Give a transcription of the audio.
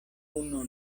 puno